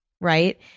right